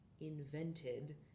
invented